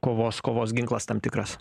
kovos kovos ginklas tam tikras